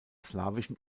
slawischen